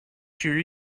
sure